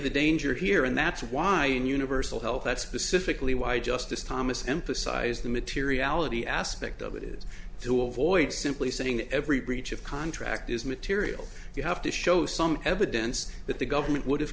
the danger here and that's why universal health that's specifically why justice thomas emphasized the materiality aspect of it is to avoid simply saying every breach of contract is material you have to show some evidence that the government would have